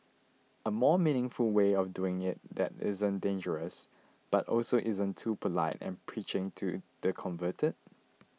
a more meaningful way of doing it that isn't dangerous but also isn't too polite and preaching to the converted